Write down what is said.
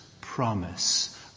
promise